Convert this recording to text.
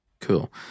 Cool